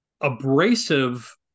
abrasive